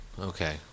Okay